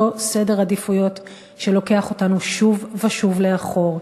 סדר עדיפויות שלוקח אותנו שוב ושוב לאחור,